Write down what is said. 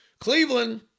Cleveland